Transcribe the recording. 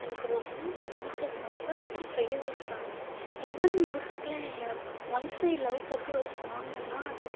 எனக்கு ரொம்ப பிடிச்ச சாங் ரொம்ப ஃபேவரட் சாங் யுவன் மியூசிக்கில் ஒன் சைட் லவ் பற்றி ஒரு சாங்குனா அது